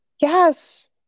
Yes